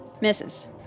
Misses